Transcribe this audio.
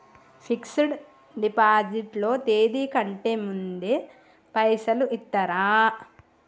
Fix డ్ deposit లో తేది కంటే ముందే పైసలు ఇత్తరా?